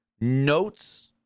notes